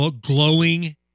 glowing